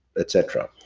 etc.